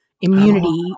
immunity